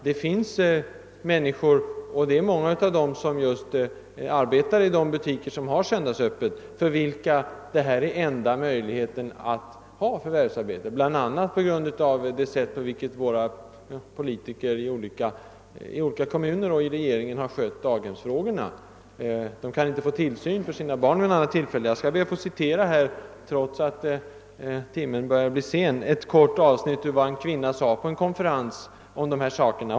Det finns människor — många av dem arbetar just i de butiker som har söndagsöppet — för vilka detta är enda möjligheten att ha förvärvsarbete, bl.a. på grund av det sätt på vilket politikerna i olika kommuner och i regeringen har skött daghemsfrågorna. Dessa människor kan inte få tillsyn för sina barn vid något annat tillfälle. Jag skall be att få återge, trots att tiden lider, ett kort avsnitt av vad en kvinna sade på en konferens om dessa frågor.